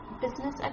business